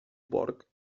porc